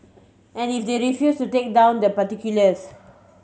and if they refuse to take down the particulars